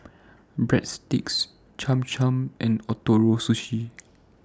Breadsticks Cham Cham and Ootoro Sushi